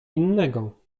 innego